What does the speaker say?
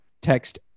text